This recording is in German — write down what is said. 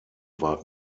war